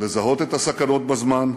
לזהות את הסכנות בזמן,